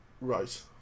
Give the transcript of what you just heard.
Right